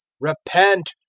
Repent